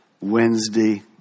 Wednesday